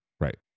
Right